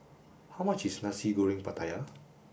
how much is nasi goreng pattaya